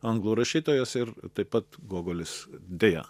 anglų rašytojas ir taip pat gogolis deja